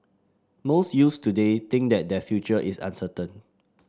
most youths today think that their future is uncertain